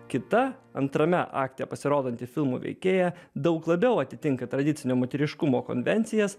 kita antrame akte pasirodanti filmo veikėja daug labiau atitinka tradicinio moteriškumo konvencijas